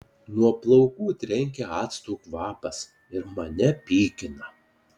nuo plaukų trenkia acto kvapas ir mane pykina